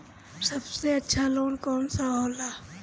सबसे अच्छा लोन कौन सा होला?